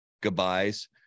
goodbyes